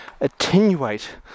attenuate